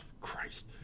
Christ